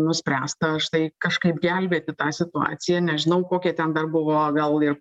nuspręsta štai kažkaip gelbėti tą situaciją nežinau kokie ten dar buvo gal ir